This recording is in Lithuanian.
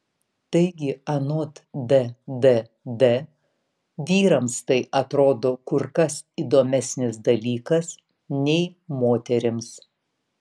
taigi anot ddd vyrams tai atrodo kur kas įdomesnis dalykas nei moterims